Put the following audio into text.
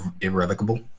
irrevocable